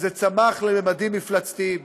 וזה צמח לממדים מפלצתיים.